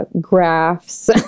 graphs